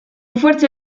forse